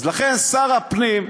אז לכן שר הפנים,